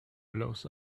blows